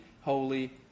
holy